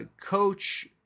coach